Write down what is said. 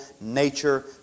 nature